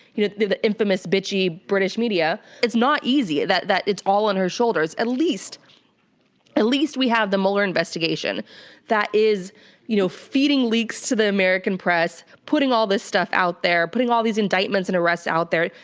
you know, the the infamous bitchy british media. it's not easy that, it's all on her shoulders. at least at least we have the mueller investigation that is you know feeding leaks to the american press, putting all this stuff out there. putting all these indictments and arrests out there.